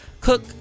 cook